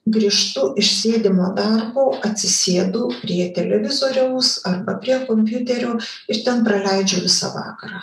grįžtu iš sėdimo darbo atsisėdu prie televizoriaus ar prie kompiuterio ir ten praleidžiu visą vakarą